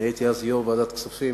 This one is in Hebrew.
אני הייתי אז יושב-ראש ועדת הכספים,